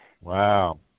Wow